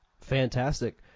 Fantastic